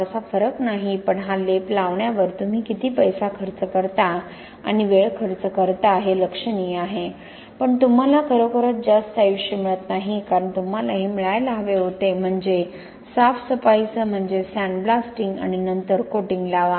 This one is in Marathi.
फारसा फरक नाही पण हा लेप लावण्यावर तुम्ही किती पैसा खर्च करता आणि वेळ खर्च करता हे लक्षणीय आहे पण तुम्हाला खरोखरच जास्त आयुष्य मिळत नाही कारण तुम्हाला हे मिळायला हवे होते म्हणजे साफसफाईसह म्हणजे सँडब्लास्टिंग आणि नंतर कोटिंग लावा